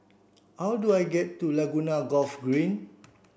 how do I get to Laguna Golf Green